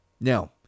Now